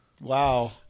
Wow